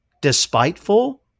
despiteful